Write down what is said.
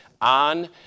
on